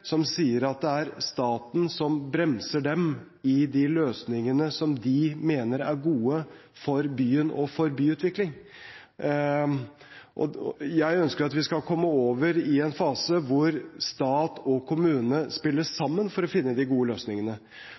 som sier at det er staten som bremser dem i de løsningene som de mener er gode for byen og for byutvikling. Jeg ønsker at vi skal komme over i en fase hvor stat og kommune spiller sammen for å finne de gode løsningene.